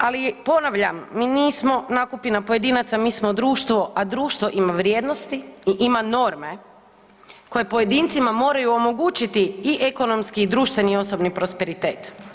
Ali ponavljam, mi nismo nakupina pojedinaca, mi smo društvo, a društvo ima vrijednosti i ima norme koje pojedincima moraju omogućiti i ekonomski i društveni osobni prosperitet.